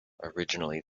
originally